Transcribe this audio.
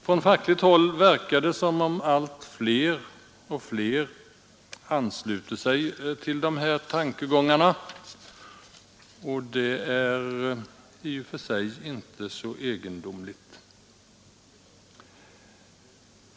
Från fackligt håll verkar det som om allt fler ansluter sig till dessa tankegångar, och det är i och för sig inte så egendomligt.